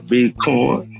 Bitcoin